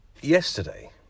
yesterday